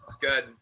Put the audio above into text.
good